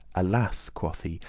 alas! quoth he,